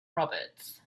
roberts